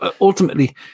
ultimately